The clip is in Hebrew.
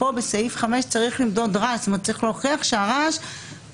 בסעיף 5 צריך למדוד רעש ולהוכיח שהוא מפגע.